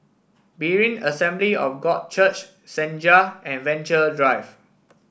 Berean Assembly of God Church Senja and Venture Drive